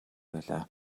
байлаа